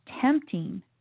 tempting